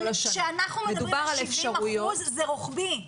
אבל כשאנחנו מדברים על 70 אחוזים, זה רוחבי.